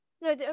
no